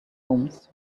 homes